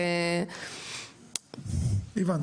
הבנו.